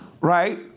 right